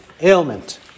ailment